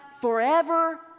forever